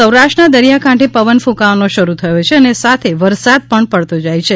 સૌરાષ્ઠના દરિયાકાંઠે પવન ક્રંકાવો શરૂ થયો છે અને સાથે વરસાદ પણ પડતો જાય છે